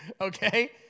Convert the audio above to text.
Okay